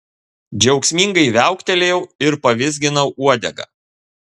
džiaugsmingai viauktelėjau ir pavizginau uodegą